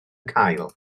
cael